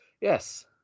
Yes